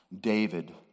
David